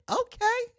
okay